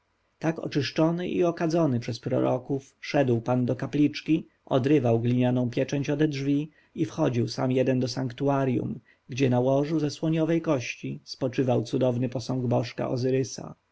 tak oczyszczony i okadzony przez proroków szedł pan do kapliczki odrywał glinianą pieczęć ode drzwi i wchodził sam jeden do sanktuarjum gdzie na łożu ze słoniowej kości spoczywał cudowny posąg bożka ozyrysa